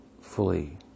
fully